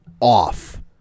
off